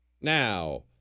Now